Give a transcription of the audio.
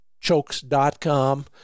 Chokes.com